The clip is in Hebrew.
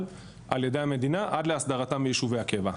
על ידי המדינה עד להסדרתם ליישובי הקבע.